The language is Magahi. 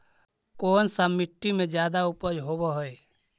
कोन सा मिट्टी मे ज्यादा उपज होबहय?